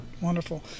Wonderful